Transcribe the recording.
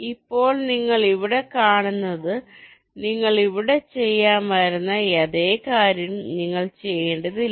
ഇപ്പോൾ നിങ്ങൾ ഇവിടെ കാണുന്നത് നിങ്ങൾ ഇവിടെ ചെയ്യുമായിരുന്ന അതേ കാര്യം നിങ്ങൾ ചെയ്യേണ്ടതില്ല